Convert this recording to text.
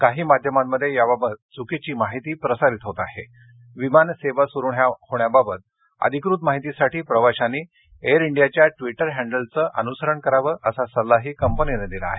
काही माध्यमांमध्ये याबाबत चुकीची माहिती प्रसारित होत आहे विमान सेवा सुरु होण्याबाबत अधिकृत माहितीसाठी प्रवाशांनी एयर इंडीयाच्या ट्विटर हँडलचं अनुसरण करावं असा सल्लाही कंपनीनं दिला आहे